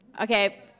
Okay